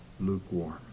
lukewarm